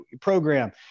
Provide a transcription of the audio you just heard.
program